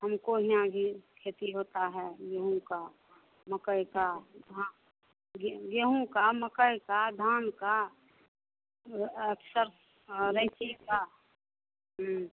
हमको यहाँ ही खेती होता है गेहूँ का मकई का हाँ गे गेहूँ का मकई का धान का अच्छा हाँ नहीं ठीक था